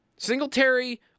Singletary